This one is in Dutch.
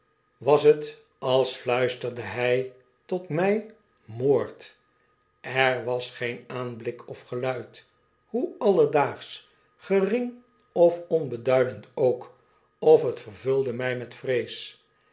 was het als fluisterde hy tot my moord er was geen aanblik of geluid hoe alledaagsch gering of onbeduidend ook of het vervulde mtj met vrejes